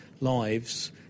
lives